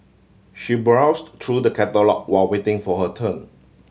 she browsed through the catalogue while waiting for her turn